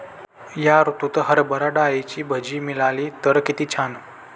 या ऋतूत हरभरा डाळीची भजी मिळाली तर कित्ती छान